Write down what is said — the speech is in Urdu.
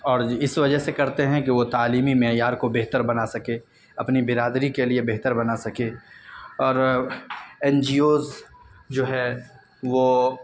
اور یہ اس وجہ سے کرتے ہیں کہ وہ تعلیمی معیار کو بہتر بنا سکیں اپنی برادری کے لیے بہتر بنا سکیں اور این جی اوز جو ہیں وہ